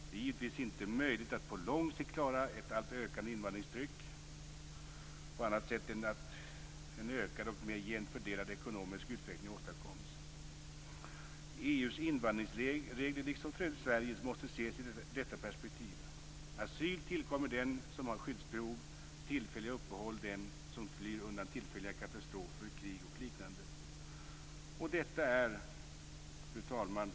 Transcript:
Det är givetvis inte möjligt att på lång sikt klara ett alltmer ökande invandringstryck på annat sätt än genom att en ökad och mer jämt fördelad ekonomisk utveckling åstadkoms. EU:s invandringsregler, liksom för övrigt Sveriges, måste ses i detta perspektiv. Asyl tillkommer den som har skyddsbehov och tillfälligt uppehåll den som flyr undan tillfälliga katastrofer, krig och liknande. Fru talman!